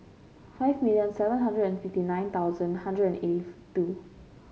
five million seven hundred and fifty nine thousand hundred and eighty two